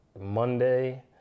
Monday